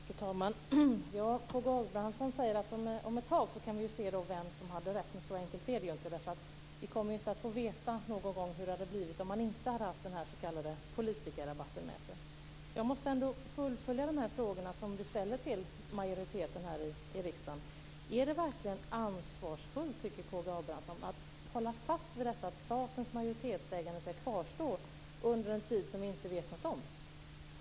Fru talman! K G Abramsson säger att om ett tag kan vi se vem som hade rätt. Så enkelt är det inte. Vi kommer inte någon gång att få veta hur det hade blivit om man inte hade haft den här s.k. politikerrabatten med sig. Jag måste fullfölja de frågor som vi ställer till majoriteten i riksdagen. Är det verkligen ansvarsfullt att hålla fast vid detta att statens majoritetsägande ska kvarstå under en tid som vi inte vet något om?